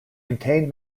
contain